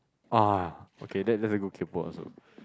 oh okay that that's a good kaypo also